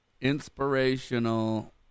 inspirational